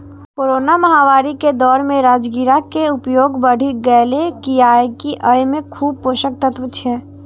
corona महामारी के दौर मे राजगिरा के उपयोग बढ़ि गैले, कियैकि अय मे खूब पोषक तत्व छै